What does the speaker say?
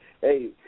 hey